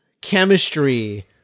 chemistry